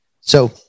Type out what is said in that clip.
So-